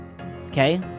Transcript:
Okay